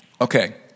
Okay